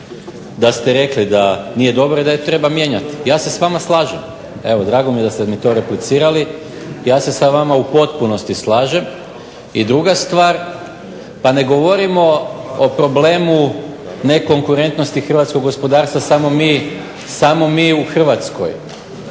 da ste rekli da nije dobra i da je treba mijenjati. Ja se s vama slažem, evo drago mi je da ste mi to replicirali. Ja se sa vama u potpunosti slažem. I druga stvar, pa ne govorimo o problemu nekonkurentnosti hrvatskog gospodarstva samo mi u Hrvatskoj.